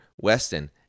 Weston